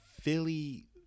Philly